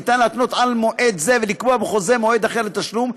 ניתן להתנות על מועד זה ולקבוע בחוזה מועד אחר לתשלום,